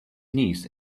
knees